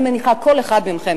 אני מניחה שכל אחד מכם,